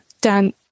Dan